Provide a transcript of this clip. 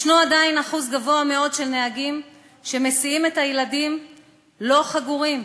יש עדיין אחוז גבוה מאוד של נהגים שמסיעים את הילדים לא חגורים.